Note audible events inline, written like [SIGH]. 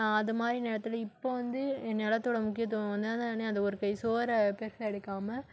அது மாதிரி நேரத்தில் இப்போ வந்து நிலத்தோட முக்கியத்துவம் வந்து அது ஒரு கை சோறு [UNINTELLIGIBLE] கிடைக்காம